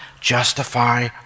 justify